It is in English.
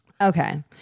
Okay